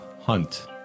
hunt